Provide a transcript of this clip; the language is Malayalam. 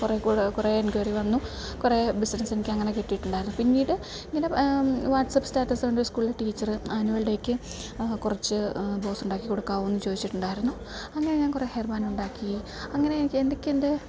കുറേ കൂടി കുറേ എൻക്വയറി വന്നു കുറേ ബിസിനസ്സെനിക്കങ്ങനെ കിട്ടിയിട്ടുണ്ടായിരുന്നു പിന്നീട് ഇങ്ങനെ വാട്സാപ്പ് സ്റ്റാറ്റസ് കണ്ട് സ്കൂളിൽ ടീച്ചർ ആനുവൽ ഡേക്ക് കുറച്ച് ബോസ് ഉണ്ടാക്കി കൊടുക്കാമോയെന്ന് ചോദിച്ചിട്ടുണ്ടായിരുന്നു അങ്ങനെ ഞാൻ കുറേ ഹെയർ ബാൻറ്റുണ്ടാക്കി അങ്ങനെ എനിക്ക് എൻ്റെ